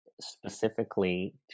specifically